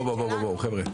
בואו, חבר'ה.